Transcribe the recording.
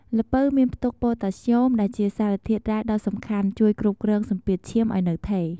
ល្ពៅមានផ្ទុក ប៉ូតាស្យូម ដែលជាសារធាតុរ៉ែដ៏សំខាន់ជួយគ្រប់គ្រងសម្ពាធឈាមឲ្យនៅថេរ។